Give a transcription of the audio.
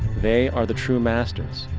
they are the true masters,